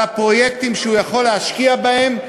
על הפרויקטים שהוא יכול להשקיע בהם,